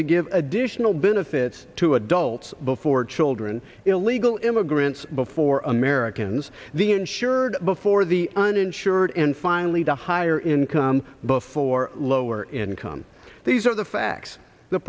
to give additional benefits to adults before children illegal immigrants before americans the insured before the uninsured and finally to higher income before lower income these are the facts th